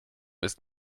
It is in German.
ist